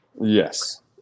Yes